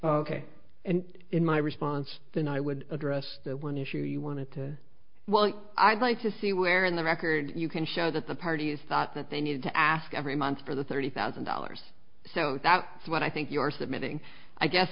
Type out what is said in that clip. ok and in my response than i would address that one issue you wanted to well i'd like to see where in the record you can show that the parties thought that they needed to ask every month for the thirty thousand dollars so that's what i think you are submitting i guess